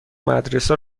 مدرسه